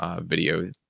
video